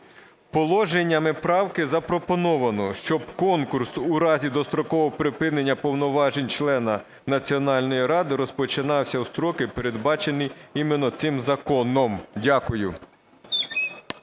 Положеннями правки запропоновано, щоб конкурс у разі дострокового припинення повноважень члена Національної ради розпочинався в строки, передбачені именно цим законом. Дякую.